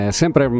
sempre